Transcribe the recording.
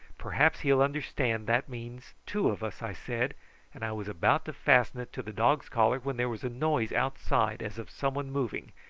perhaps he will understand that means two of us, i said and i was about to fasten it to the dog's collar, when there was a noise outside as of some one moving,